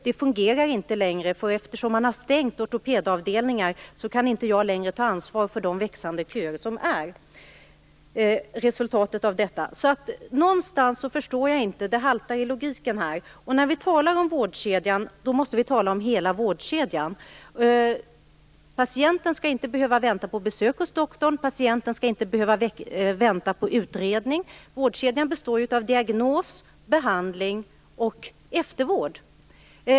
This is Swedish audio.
Det fungerar inte längre. Eftersom man har stängt ortopedavdelningar kan jag inte länge ta ansvar för de växande köer som är resultatet av detta. Någonstans förstår jag inte. Det haltar i logiken här. När vi talar om vårdkedjan måste vi tala om hela vårdkedjan. Patienten skall inte behöva vänta på besök hos doktorn. Patienten skall inte behöva vänta på utredning. Vårdkedjan består av diagnos, behandling och eftervård.